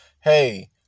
Hey